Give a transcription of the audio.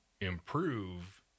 improve